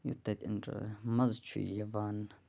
یتھٕے کٔنۍ چھُ مَزٕ چھُ یِوان